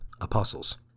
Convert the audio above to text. Apostles